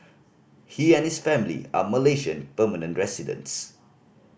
he and his family are Malaysian permanent residents